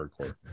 hardcore